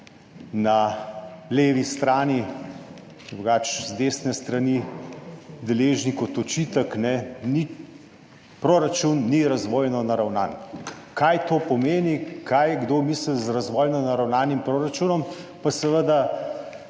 na levi strani, drugače z desne strani, deležni kot očitek, da proračun ni razvojno naravnan. Kaj to pomeni, kaj kdo misli z razvojno naravnanim proračunom, pa seveda